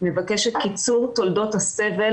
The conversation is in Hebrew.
אנחנו מבקשים את קיצור תולדות הסבל